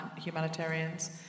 humanitarians